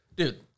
Dude